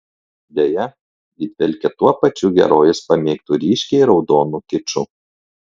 deja ji dvelkia tuo pačiu herojės pamėgtu ryškiai raudonu kiču